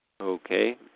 Okay